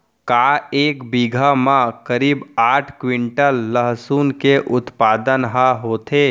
का एक बीघा म करीब आठ क्विंटल लहसुन के उत्पादन ह होथे?